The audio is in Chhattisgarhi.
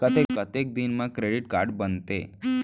कतेक दिन मा क्रेडिट कारड बनते?